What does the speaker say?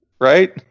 right